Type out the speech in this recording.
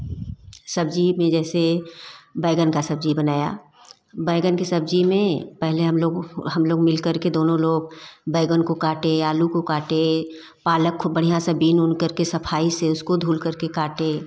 सब्जी में जैसे बैंगन का सब्जी बनाया बैंगन के सब्जी में पहले हम लोग हम लोग मिलकर के दोनों लोग बैंगन को काटे आलू को काटे पालक खूब बढ़िया से बिन उन करके सफ़ाई से उसको धुल करके काटे